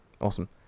Awesome